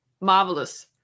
marvelous